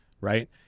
right